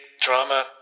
drama